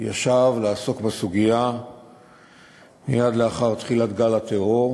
ישב לעסוק בסוגיה מייד לאחר תחילת גל הטרור,